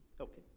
Okay